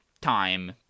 time